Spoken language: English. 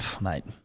mate